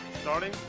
Starting